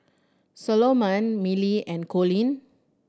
Salomon Millie and Coleen